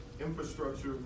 infrastructure